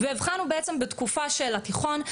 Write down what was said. הבחנו בתקופת התיכון,